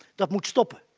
that must stop.